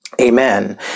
Amen